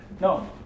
no